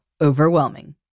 overwhelming